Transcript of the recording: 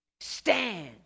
Stand